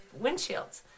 windshields